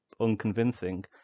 unconvincing